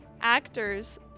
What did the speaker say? actors